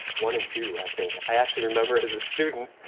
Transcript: one and two, i think. i actually remember as a student,